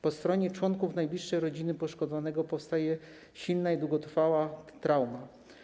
Po stronie członków najbliższej rodziny poszkodowanego powstaje silna i długotrwała trauma.